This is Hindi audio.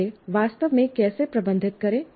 इसे वास्तव में कैसे प्रबंधित करें